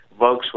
Volkswagen